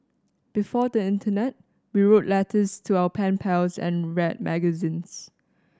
before the internet we wrote letters to our pen pals and read magazines